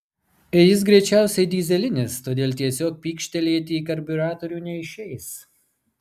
jis greičiausiai dyzelinis todėl tiesiog pykštelėti į karbiuratorių neišeis